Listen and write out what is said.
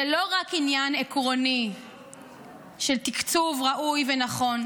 זה לא רק עניין עקרוני של תקצוב ראוי ונכון,